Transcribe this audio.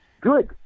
good